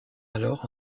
alors